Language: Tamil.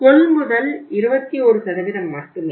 கொள்முதல் 21 மட்டுமே